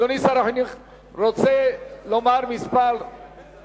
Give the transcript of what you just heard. אדוני שר החינוך רוצה לומר כמה מלים